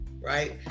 right